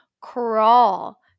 crawl